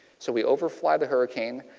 so we over fly the hurricane,